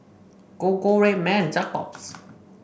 Gogo Red Man and Jacob's